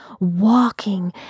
walking